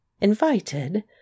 Invited